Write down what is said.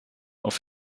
auf